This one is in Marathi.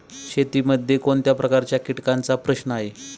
शेतीमध्ये कोणत्या प्रकारच्या कीटकांचा प्रश्न आहे?